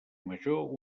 major